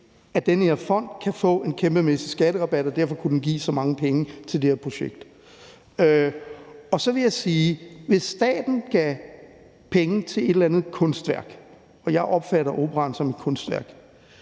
at den her fond kan få en kæmpemæssig skatterabat, og derfor kunne den give så mange penge til det her projekt. Og så vil jeg sige, at hvis staten gav penge til et eller andet kunstværk, og jeg opfatter Operaen som et kunstværk,